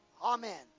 Amen